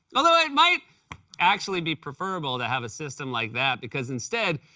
although ah it might actually be preferable to have a system like that because, instead,